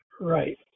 Right